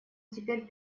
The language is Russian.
теперь